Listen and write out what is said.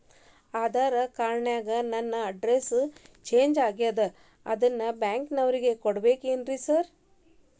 Aadhaar card ನ್ಯಾಗ ನನ್ address change ಆಗ್ಯಾದ ಅದನ್ನ ಬ್ಯಾಂಕಿನೊರಿಗೆ ಕೊಡ್ಬೇಕೇನ್ರಿ ಸಾರ್?